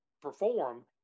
perform